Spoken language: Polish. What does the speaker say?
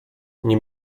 nie